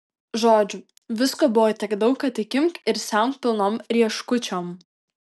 žodžiu visko buvo tiek daug kad tik imk ir semk pilnom rieškučiom